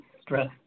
stress